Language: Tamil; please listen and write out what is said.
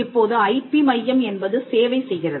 இப்போது ஐபி மையம் என்பது சேவை செய்கிறது